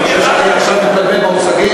אתה חושב שאני עכשיו מתבלבל במושגים,